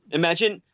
imagine